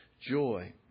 joy